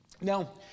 Now